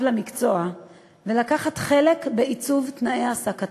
למקצוע ולקחת חלק בעיצוב תנאי העסקתו.